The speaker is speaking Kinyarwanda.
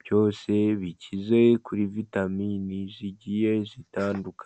byose bikize kuri vitamini zigiye zitandukanye.